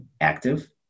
active